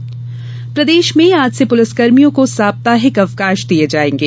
police अवकाश प्रदेश में आज से पुलिसकर्मियों को साप्ताहिक अवकाश दिये जायेंगे